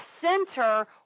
center